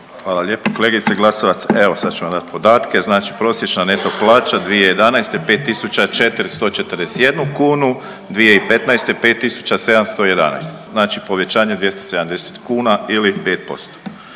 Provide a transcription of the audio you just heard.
Hvala lijepo. Kolegice Glasovac evo sada ću vam dati podatke. Znači, prosječna neto plaća 2011. - 5 tisuća 441 kunu, 2015. - 5 tisuća 711. Znači povećanje 270 kuna ili 5%.